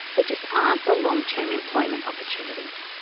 there just aren't the long-term employment opportunities.